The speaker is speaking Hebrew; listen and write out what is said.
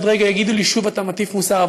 עוד רגע יגידו לי: שוב אתה מטיף מוסר,